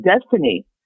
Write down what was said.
destiny